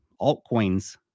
Altcoins